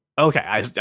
Okay